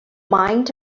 mine